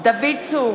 דוד צור,